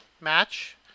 match